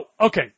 okay